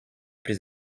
plus